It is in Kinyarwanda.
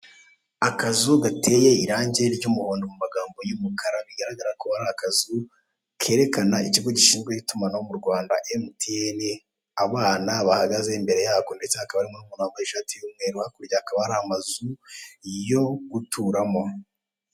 Akazu gateye irangi ry'umuhondo mu magambo y'umukara, bigaragara ko ari akazu kerekana ikigo gishinzwe itumanaho mu Rwanda, Emutiyeni, abana bahagaze imbere yako ndetse hakaba harimo n'umuntu wambaye ishati y'umweru, hakurya hakaba hari amazu yo guturamo.